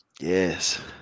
Yes